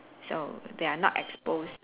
so they are not exposed